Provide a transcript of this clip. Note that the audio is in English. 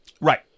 Right